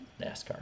NASCAR